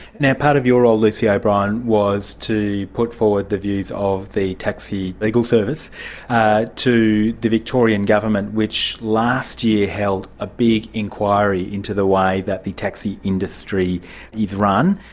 part of your role, lucy o'brien, was to put forward the views of the taxi legal service ah to the victorian government, which last year held a big inquiry into the way that the taxi industry is run.